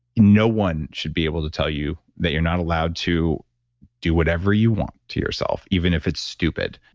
no one should be able to tell you that you're not allowed to do whatever you want to yourself, even if it's stupid.